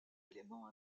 éléments